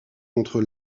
contre